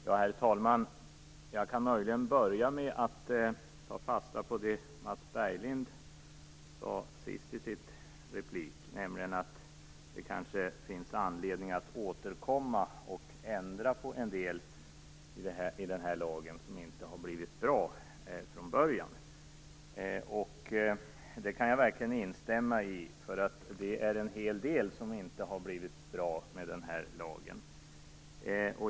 Herr talman! Jag kan möjligen börja med att ta fasta på det som Mats Berglind sade sist i sin replik, nämligen att det kanske finns anledning att återkomma och ändra på en del i den här lagen som inte blivit bra från början. Det kan jag verkligen instämma i, därför att det är en hel del som inte blivit bra med den här lagen.